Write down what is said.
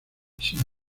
sin